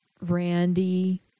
Randy